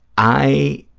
i